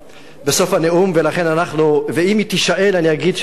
בסוף הנאום, ואם היא תישאל, אני אגיד שזו אשמתי.